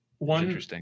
One